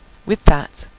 with that,